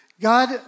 God